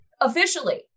officially